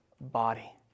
body